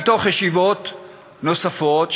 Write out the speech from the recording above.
מישיבות נוספות,